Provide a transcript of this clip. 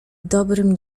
dobrym